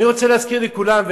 אני רוצה להזכיר לכולם,